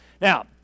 Now